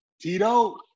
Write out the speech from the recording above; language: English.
Tito